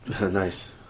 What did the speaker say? Nice